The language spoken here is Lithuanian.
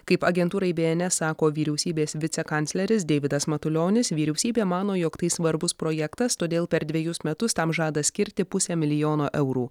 kaip agentūrai bns sako vyriausybės vicekancleris deividas matulionis vyriausybė mano jog tai svarbus projektas todėl per dvejus metus tam žada skirti pusę milijono eurų